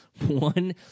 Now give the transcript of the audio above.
one